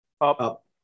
up